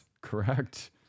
Correct